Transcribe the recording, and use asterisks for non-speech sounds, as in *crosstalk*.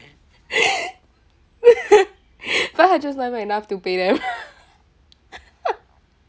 *laughs* five hundred is not even enough to pay them *laughs*